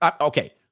Okay